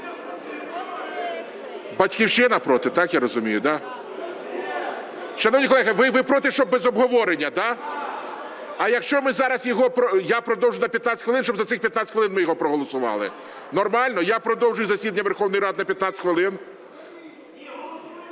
"Батьківщина" проти, так, я розумію, да? Шановні колеги, ви проти, щоб без обговорення, да? А якщо ми зараз його, я продовжу на 15 хвилин, щоб за ці 15 хвилин ми його проголосували. Нормально? Я продовжую засідання Верховної Ради на 15 хвилин.